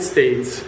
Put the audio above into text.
States